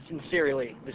Sincerely